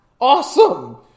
Awesome